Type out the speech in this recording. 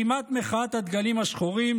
מקימת מחאת הדגלים השחורים,